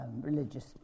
religious